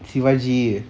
shivaji